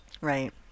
Right